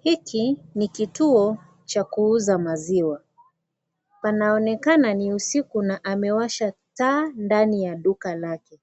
Hiki ni kituo cha kuuza maziwa , panaonekana ni usiku na amewasha taa ndani ya duka lake,